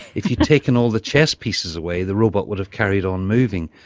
if you'd taken all the chess pieces away the robot would have carried on moving,